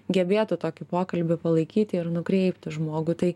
gebėtų tokį pokalbį palaikyti ir nukreipti žmogų tai